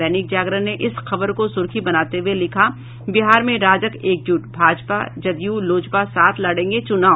दैनिक जागरण ने इस खबर को सुर्खी बनाते हुये लिखा है बिहार में राजग एकजुट भाजपा जदयू लोजपा साथ लड़ेंगे चुनाव